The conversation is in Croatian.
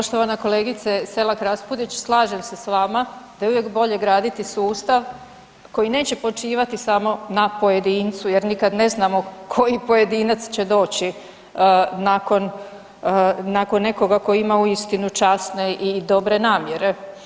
Poštovana kolegice Selak Raspudić, slažem se s vama da je uvijek bolje graditi sustav koji neće počivati samo na pojedincu jer nikada ne znamo koji pojedinac će doći nakon nekoga tko ima uistinu časne i dobre namjere.